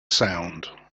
sound